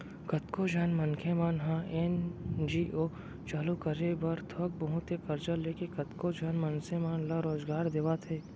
कतको झन मनखे मन ह एन.जी.ओ चालू करे बर थोक बहुत के करजा लेके कतको झन मनसे मन ल रोजगार देवत हे